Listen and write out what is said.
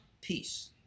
peace